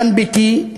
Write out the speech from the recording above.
כאן ביתי,